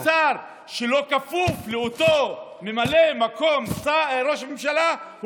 וסגן שר שלא כפוף לאותו ממלא מקום ראש ממשלה,